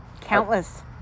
countless